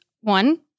One